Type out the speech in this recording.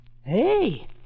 Hey